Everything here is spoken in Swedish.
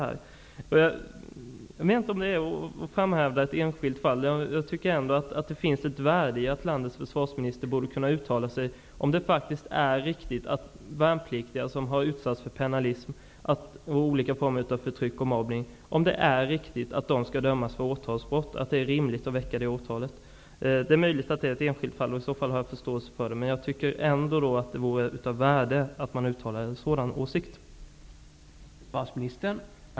Jag vet inte om det är att framhålla ett enskilt fall, men jag tycker ändå det finns ett värde i att landets försvarsminister kan uttala sig om huruvida det är riktigt att värnpliktiga som har utsatts för pennalism och olika former av förtryck och mobbning skall dömas för åtalsbrott och om det är rimligt att väcka det åtalet. Det är möjligt att detta kan sägas röra ett enskilt fall. I sådana fall har jag förståelse för det. Jag tycker ändå att det vore av värde att försvarsministern uttalade en sådan åsikt.